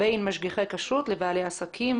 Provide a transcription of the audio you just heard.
בין משגיחי כשרות לבעלי עסקים.